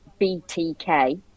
BTK